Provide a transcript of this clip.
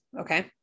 Okay